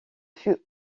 fut